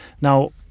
Now